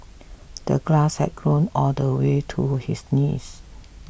the grass had grown all the way to his knees